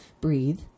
breathe